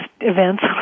events